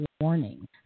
warning